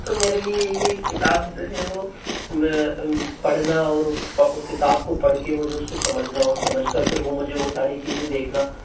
तो मेरे लिए ये किताब जो है वो पढ़ना और उस किताब को पढ़ के वो जो उसको समझना और समझ कर फिर वो मुझे सारी चीज़ें देखना